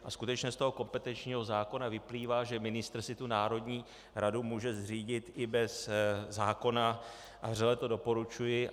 A skutečně z kompetenčního zákona vyplývá, že ministr si národní radu může zřídit i bez zákona, a vřele to doporučuji.